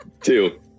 two